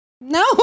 no